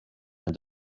and